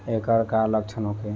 ऐकर का लक्षण होखे?